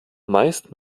meist